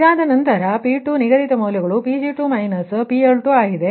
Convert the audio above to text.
ಇದರ ನಂತರ P2 ನಿಗದಿತ ಮೌಲ್ಯಗಳು Pg2 PL2 ಆಗಿದೆ